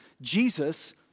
Jesus